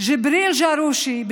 ג'יבריל ג'רושי,